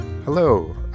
Hello